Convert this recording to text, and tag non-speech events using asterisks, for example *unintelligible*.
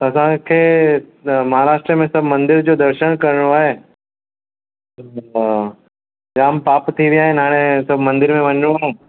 त असांखे महाराष्ट्र में सभ मंदर जो दर्शन करिणो आहे *unintelligible* जाम पापु थी विया आहिनि हाणे सभु मंदर में वञूं